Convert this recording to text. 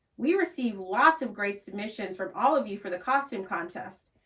we received lots of great submissions from all of you for the costume contest.